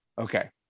Okay